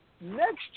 next